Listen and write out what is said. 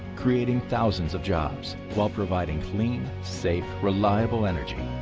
creating thousands of jobs while providing clean, safe, reliable energy.